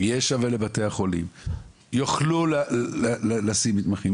ויהיה שווה לבתי החולים ויוכלו לשים מתמחים,